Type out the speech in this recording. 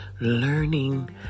learning